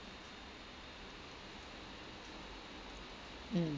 mm